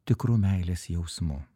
tikru meilės jausmu